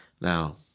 Now